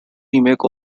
remake